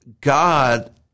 God